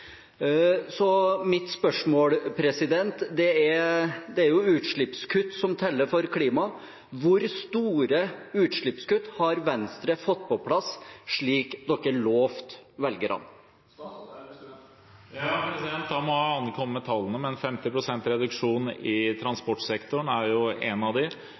så mitt spørsmål er: Hvor store utslippskutt har Venstre fått på plass, slik dere lovet velgerne? Da må jeg komme med tallene: 50 pst. reduksjon i transportsektoren er ett av dem. Det er vanskelig å kvantifisere nå hva en